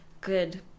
good